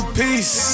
peace